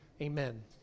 Amen